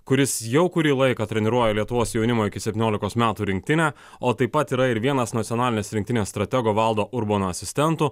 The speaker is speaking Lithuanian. kuris jau kurį laiką treniruoja lietuvos jaunimo iki septyniolikos metų rinktinę o taip pat yra ir vienas nacionalinės rinktinės stratego valdo urbono asistentų